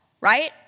Right